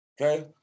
okay